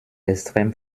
extrem